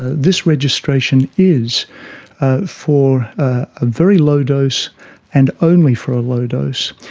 this registration is ah for a very low dose and only for a low dose.